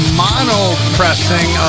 mono-pressing